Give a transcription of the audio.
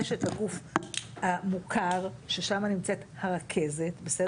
יש את הגוף המוכר, ששם נמצאת הרכזת, בסדר?